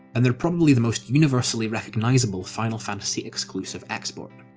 and they're probably the most universally recognisable final fantasy-exclusive export.